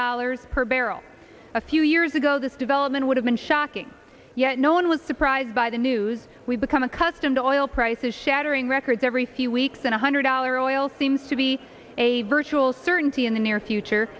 dollars per barrel a few years ago this development would have been shocking yet no one was surprised by the news we've become accustomed to all prices shattering records every few weeks and a hundred dollar oil seems to be a virtual certainty in the near